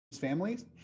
families